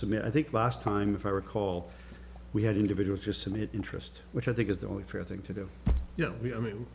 submit i think last time if i recall we had individual just in the interest which i think is the only fair thing to do you know i mean